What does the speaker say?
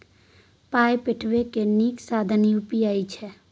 पाय पठेबाक नीक साधन यू.पी.आई छै